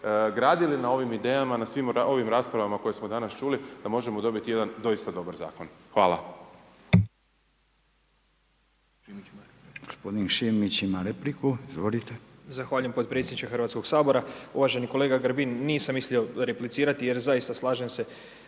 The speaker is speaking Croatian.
gradili na ovim idejama, na svim ovim raspravama koje smo danas čuli, da možemo dobiti jedan doista dobar zakon. Hvala.